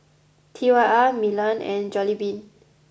T Y R Milan and Jollibean